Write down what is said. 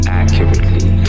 accurately